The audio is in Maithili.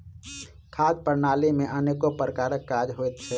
खाद्य प्रणाली मे अनेको प्रकारक काज होइत छै